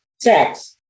sex